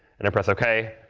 and press ok.